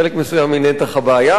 חלק מסוים מנתח הבעיה,